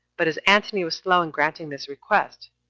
but as antony was slow in granting this request,